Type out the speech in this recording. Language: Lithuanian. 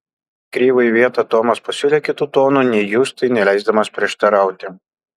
krivui vietą tomas pasiūlė kitu tonu nei justui neleisdamas prieštarauti